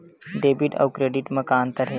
Debit अउ credit म का अंतर हे?